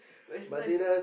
but it's nice